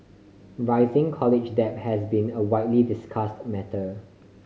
rising college debt has been a widely discussed matter